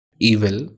Evil